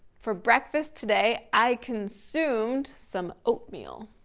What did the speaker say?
for breakfast today i consumed, some oatmeal.